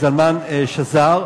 זלמן שזר.